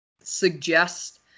suggest